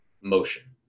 motion